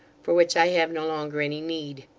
for which i have no longer any need.